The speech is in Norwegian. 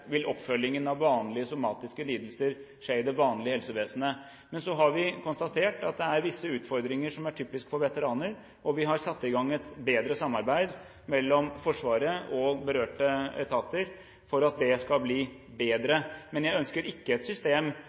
er visse utfordringer som er typiske for veteraner, og vi har satt i gang et bedre samarbeid mellom Forsvaret og berørte etater for at det skal bli bedre. Men jeg ønsker ikke et system